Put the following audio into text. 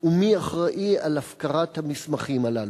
4. מי אחראי להפקרת המסמכים הללו?